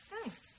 Thanks